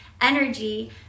energy